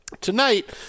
Tonight